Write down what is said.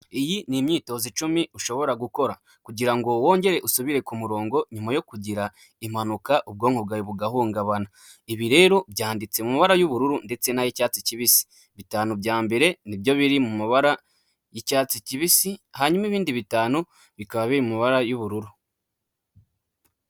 Iyi ni imyitozo icumi ushobora gukora kugira ngo wongere usubire ku murongo nyuma yo kugira impanuka ubwonko bwawe bugahungabana, ibi rero byanditse mu mabara y'ubururu ndetse n'ay'icyatsi kibisi, bitanu bya mbere ni byo biri mu mabara y'icyatsi kibisi, hanyuma ibindi bitanu bikaba biri mubara y'ubururu.